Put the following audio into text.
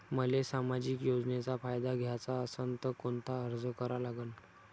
मले सामाजिक योजनेचा फायदा घ्याचा असन त कोनता अर्ज करा लागन?